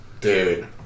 dude